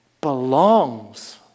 belongs